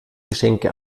geschenke